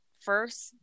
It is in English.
first